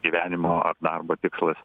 gyvenimo ar darbo tikslas